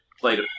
played